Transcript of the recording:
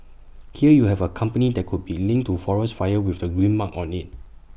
here you have A company that could be linked to forest fires with the green mark on IT